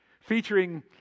featuring